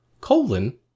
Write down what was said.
colon